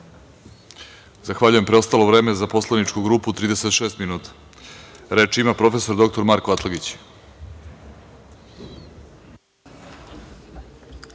Zahvaljujem. Preostalo vreme za poslaničku grupu je 36 minuta. Reč ima prof. dr Marko Atlagić.